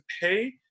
pay